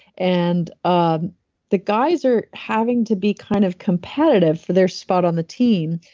and um the guys are having to be kind of competitive for their spot on the team,